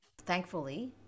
thankfully